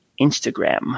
Instagram